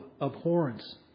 abhorrence